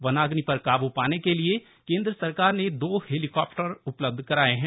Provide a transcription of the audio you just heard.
वनाग्नि पर काबू पाने के लिए कैंद्र सरकार ने दो हेलीकाप्टर उपलब्ध कराए हैं